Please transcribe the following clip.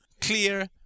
clear